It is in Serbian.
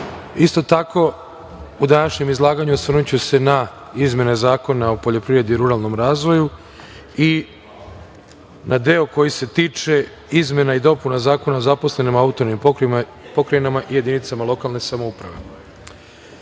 tako, u današnjem izlaganju osvrnuću se na izmene Zakona o poljoprivredi i ruralnom razvoju i na deo koji se tiče izmene i dopune Zakona o zaposlenima u autonomnim pokrajinama i jedinicama lokalne samouprave. Juče